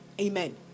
Amen